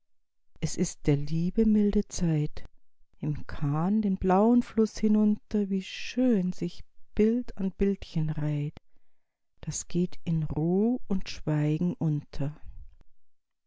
es ist der liebe milde zeit im kahn den blauen fluß hinunter wie schön sich bild an bildchen reiht das geht in ruh und schweigen unter